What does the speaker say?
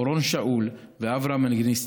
אורון שאול ואברה מנגיסטו.